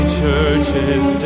churches